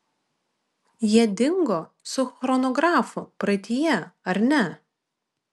jie dingo su chronografu praeityje ar ne